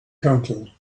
counsel